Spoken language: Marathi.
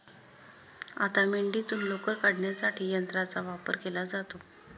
आता मेंढीतून लोकर काढण्यासाठी यंत्राचा वापर केला जातो